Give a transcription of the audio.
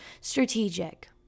strategic